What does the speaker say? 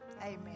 Amen